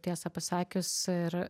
tiesą pasakius ir